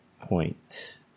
point